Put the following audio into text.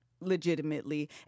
legitimately